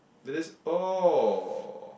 but that's all